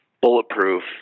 bulletproof